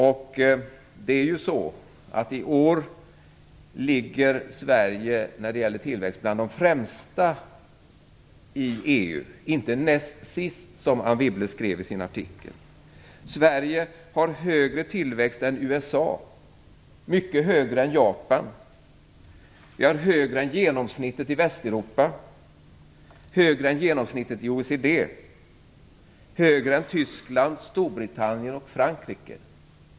När det gäller tillväxten ligger Sverige i år bland de främsta länderna i EU - inte näst sist, som Anne Wibble skriver i sin artikel. Sverige har högre tillväxt än USA, mycket högre tillväxt än Japan, högre tillväxt än genomsnittet i Västeuropa, högre tillväxt än genomsnittet i OECD och högre tillväxt än Tyskland, Storbritannien och Frankrike.